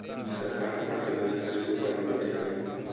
सरकार ह का का योजना कृषि उपकरण बर दे हवय?